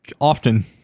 often